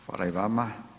Hvala i vama.